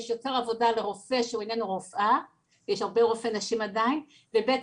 יותר עבודה לרופא שהוא איננו רופאה כי יש הרבה רופאים עדיין והדבר השני